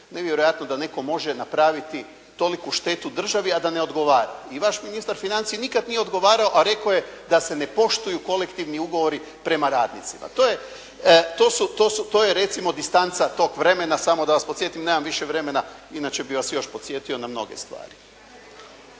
nevjerojatno da netko može napraviti toliku štetu državi a da ne odgovara? I vaš ministar financija nikad nije odgovarao, a rekao je da se ne poštuju kolektivni ugovori prema radnicima. To je recimo distanca tog vremena samo da vas podsjetim, nemam više vremena inače bih vas još podsjetio na mnoge stvari.